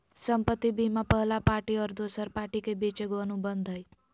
संपत्ति बीमा पहला पार्टी और दोसर पार्टी के बीच एगो अनुबंध हइ